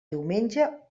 diumenge